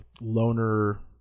loner